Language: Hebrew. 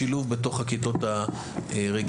שילוב בתוך הכיתות הרגילות.